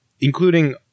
including